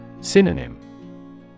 Synonym